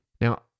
Now